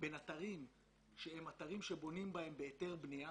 בין אתרים שבונים בהם בהיתר בנייה